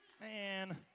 Man